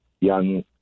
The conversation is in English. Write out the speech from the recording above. young